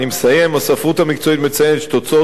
הספרות המקצועית מציינת שתוצאות בריאותיות של